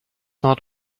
not